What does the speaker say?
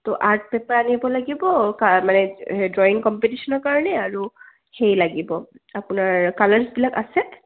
তো art paper আনিব লাগিব মানে ড্ৰয়িং কম্পিটিশ্যনৰ কাৰণে আৰু সেই লাগিব আপোনাৰ কালাৰছবিলাক আছে